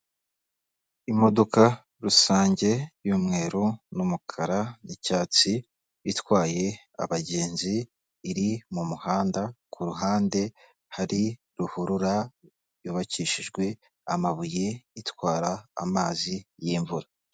Imodoka rusange y'umweru n'umukara n'icyatsi, itwaye abagenzi, iri mu muhanda, ku ruhande hari ruhurura yubakishijwe amabuye, itwara amazi y'imvura.